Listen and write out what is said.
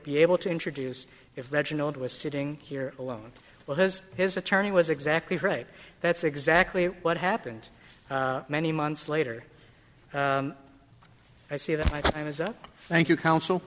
be able to introduce if reginald was sitting here alone well has his attorney was exactly right that's exactly what happened many months later i see that my time is up thank you counsel